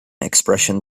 expression